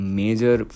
major